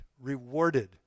rewarded